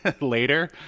later